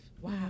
Wow